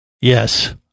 Yes